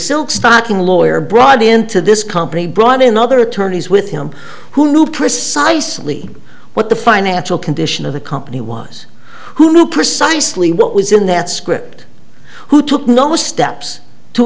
silk stocking lawyer brought into this company brought in other attorneys with him who knew precisely what the financial condition of the company was who knew precisely what was in that script who took no steps to